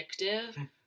addictive